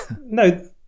No